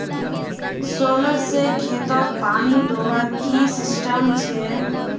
Solar से खेतोत पानी दुबार की सिस्टम छे?